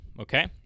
okay